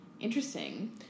Interesting